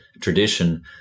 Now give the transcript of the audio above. tradition